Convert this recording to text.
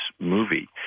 movie